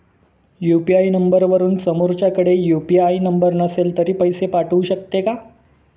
UPI नंबरवरून समोरच्याकडे UPI number नसेल तरी पैसे पाठवू शकते का?